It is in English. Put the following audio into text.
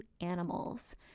animals